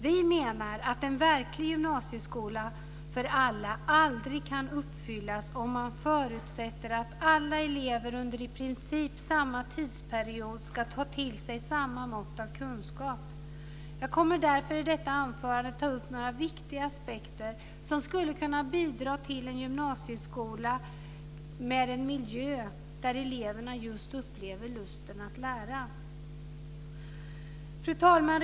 Vi menar att en verklig gymnasieskola för alla aldrig kan uppfyllas om man förutsätter att alla elever under i princip samma tidsperiod ska ta till sig samma mått av kunskap. Jag kommer därför i detta anförande att ta upp några viktiga aspekter som skulle kunna bidra till en gymnasieskola med en miljö där eleverna just upplever lusten att lära. Fru talman!